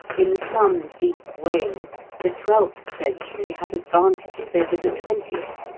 in some deep ways the twelfth century had advantages over the twentieth.